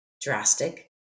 drastic